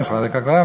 משרד הכלכלה,